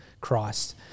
Christ